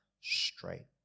straight